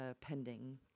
pending